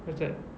where's that